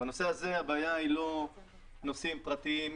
בנושא הזה הבעיה היא לא נושאים פרטניים